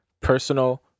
personal